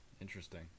Interesting